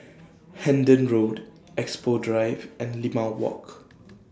Hendon Road Expo Drive and Limau Walk